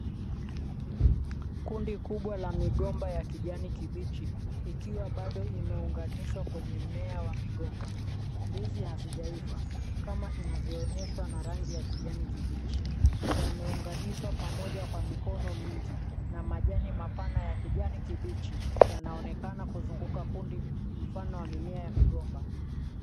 Kundi kubwa la migomba ya kijani kibichi ikiwa bado imeunganishwa kwenye mmea wa migomba. Ndizi hazijaiva kama inavyoonyeshwa na rangi ya kijani kibichi. Yameunganishwa pamoja kwa mikono mingi na majani mapana ya kijani kibichi yanaonekana kuzunguka kundi mfano ya mimea ya migomba.